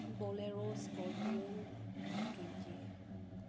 bolero scorpio I twenty